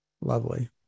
lovely